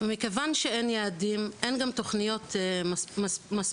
מכיוון שאין יעדים, אין גם תוכניות מספיקות,